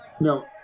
No